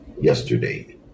yesterday